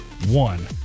One